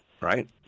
right